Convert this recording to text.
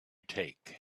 take